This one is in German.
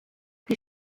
die